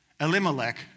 Elimelech